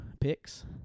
picks